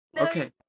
Okay